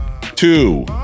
Two